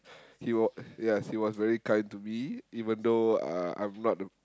he wa~ ya he was very kind to me even though uh I'm not the